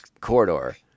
corridor